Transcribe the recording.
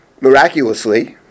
miraculously